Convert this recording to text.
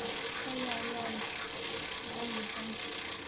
ꯍꯣꯏ ꯌꯥꯏ ꯌꯥꯏꯌꯦ ꯍꯥꯞꯄꯝꯒꯦ ꯍꯥꯞꯄꯝꯒꯦ